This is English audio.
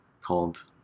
called